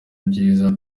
byiza